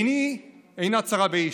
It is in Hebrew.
עיני אינה צרה באיש.